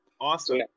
Awesome